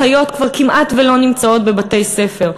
אחיות כבר כמעט לא נמצאות בבתי-ספר.